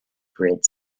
grid